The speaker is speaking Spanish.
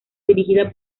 dirigida